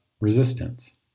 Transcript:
resistance